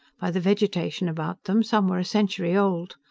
by the vegetation about them, some were a century old.